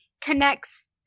connects